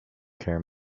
care